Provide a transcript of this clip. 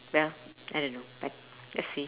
well I don't know I just say